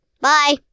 Bye